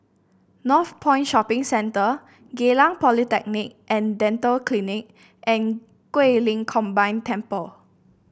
Northpoint Shopping Centre Geylang Polyclinic and Dental Clinic and Guilin Combined Temple